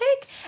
take